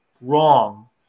wrong